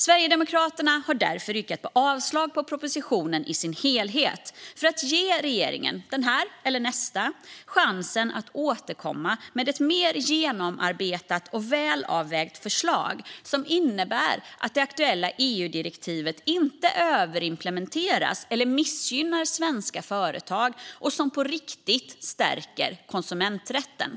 Sverigedemokraterna har därför yrkat avslag på propositionen i dess helhet för att ge regeringen - den här eller nästa - en chans att återkomma med ett mer genomarbetat och välavvägt förslag som innebär att det aktuella EU-direktivet inte överimplementeras eller missgynnar svenska företag utan på riktigt stärker konsumentskyddet.